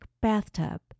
bathtub